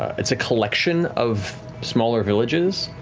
it's a collection of smaller villages,